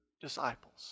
disciples